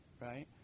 Right